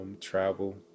travel